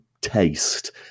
taste